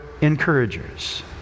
encouragers